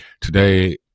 today